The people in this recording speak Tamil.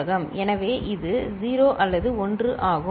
எனவே இது 0 அல்லது 1 ஆகும்